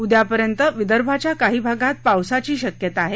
उद्यापर्यंत विदर्भाच्या काही भागात पावसाची शक्यता आहे